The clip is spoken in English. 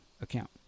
account